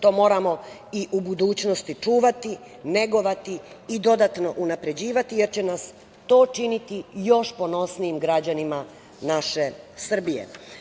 To moramo i u budućnosti čuvati, negovati i dodatno unapređivati, jer će nas to činiti još ponosnijim građanima naše Srbije.